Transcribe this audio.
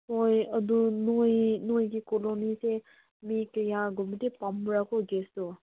ꯍꯣꯏ ꯑꯗꯨ ꯅꯣꯏ ꯅꯣꯏꯒꯤ ꯀꯣꯂꯣꯅꯤꯁꯦ ꯃꯤ ꯀꯌꯥꯒꯨꯝꯕꯗꯤ ꯄꯥꯝꯕ꯭ꯔꯥꯀꯣ ꯒ꯭ꯌꯥꯇꯣ